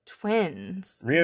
Twins